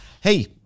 hey